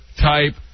type